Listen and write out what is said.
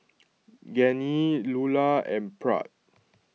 Genie Lula and Pratt